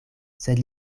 sed